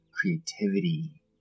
creativity